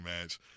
match